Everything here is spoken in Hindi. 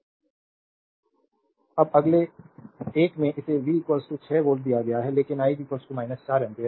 स्लाइड टाइम देखें 2021 अब अगले एक में इसे V 6 वोल्ट दिया गया है लेकिन I 4 एम्पीयर